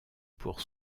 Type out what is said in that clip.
pour